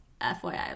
FYI